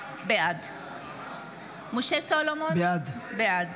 בעד משה סולומון, בעד